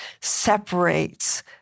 separates